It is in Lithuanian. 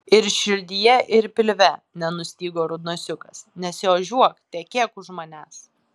ir širdyje ir pilve nenustygo rudnosiukas nesiožiuok tekėk už manęs